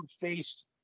face